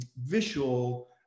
visual